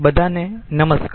બધા ને નમસ્કાર